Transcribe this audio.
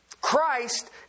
Christ